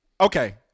Okay